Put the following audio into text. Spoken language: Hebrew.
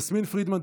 יסמין פרידמן,